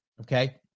Okay